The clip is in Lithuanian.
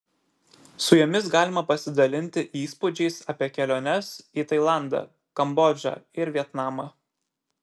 su jomis galima pasidalinti įspūdžiais apie keliones į tailandą kambodžą ir vietnamą